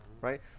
right